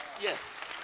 Yes